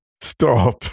Stop